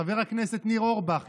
חבר הכנסת ניר אורבך,